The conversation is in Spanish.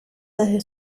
desde